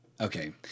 Okay